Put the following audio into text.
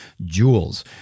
jewels